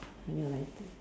还没有来